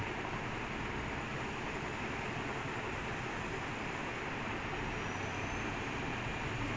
அப்டி பார்த்தேன் நா:apdi paarthaen naa no matter what happen right pep will be talking to like even if they scold pep talking to halkerwich